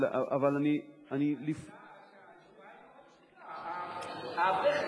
התשובה היא נורא פשוטה: האברך,